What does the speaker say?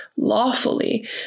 lawfully